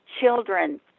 children